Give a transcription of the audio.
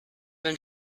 been